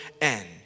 end